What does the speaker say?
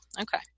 Okay